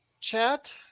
chat